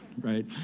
right